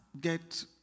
get